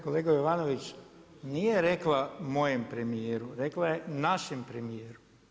Kolega Jovanović, nije rekla mojem premijeru, rekla je našem premijeru.